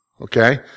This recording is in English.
Okay